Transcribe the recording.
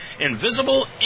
Invisible